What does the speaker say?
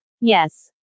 Yes